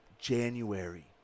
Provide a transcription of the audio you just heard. January